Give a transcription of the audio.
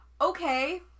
okay